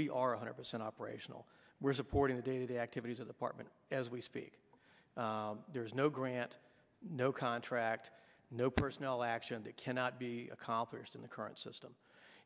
we are one hundred percent operational we're supporting the day to day activities of the partment as we speak there's no grant no contract no personnel action that cannot be accomplished in the current system